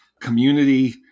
community